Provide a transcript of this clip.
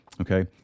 Okay